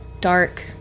dark